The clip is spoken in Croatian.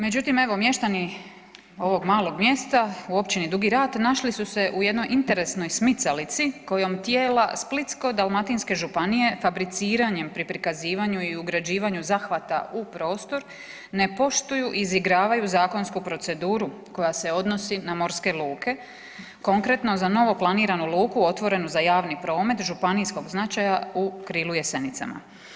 Međutim evo mještani ovog malog mjesta u općini Dugi Rat našli su se u jednoj interesnoj smicalici kojom tijela Splitsko-dalmatinske županije fabriciranjem pri prikazivanju i ugrađivanju zahvata u prostor, ne poštuju i izigravaju zakonsku proceduru koja se odnosi na morske luke, konkretno, za novo planiranu luku otvorenu za javni promet, županijskog značaja u Krilu Jesenicama.